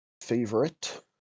favorite